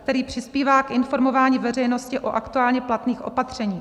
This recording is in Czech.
, který přispívá k informování veřejnosti o aktuálně platných opatřeních.